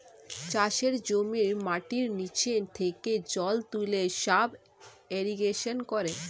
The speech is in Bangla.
চাষের জমির মাটির নিচে থেকে জল তুলে সাব ইরিগেশন করে